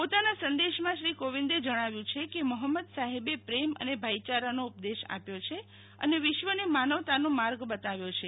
પોતાના સંદેશામાં શ્રી કોવિંદે જણાવ્યુ છે કે મોહમ્મદ સાહેબે પ્રેમ અને ભાઈયારાનો ઉપદેશ આપ્યો છે અને વિશ્વને માનવતાનો માર્ગ બતાવ્યો છે